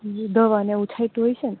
દવાને એવું છાટ્યું હશેને